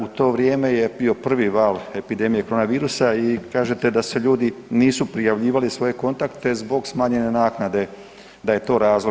U to vrijeme je bio prvi val epidemije korona virusa i kažete da se ljudi nisu prijavljivali svoje kontakte zbog smanjene naknade da je to razlog.